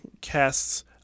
casts